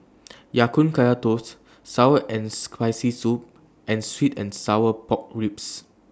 Ya Kun Kaya Toast Sour and Spicy Soup and Sweet and Sour Pork Ribs